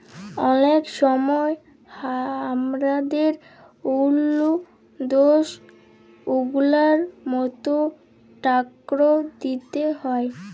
অলেক সময় হামাদের ওল্ল দ্যাশ গুলার মত ট্যাক্স দিতে হ্যয়